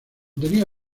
tenía